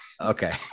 Okay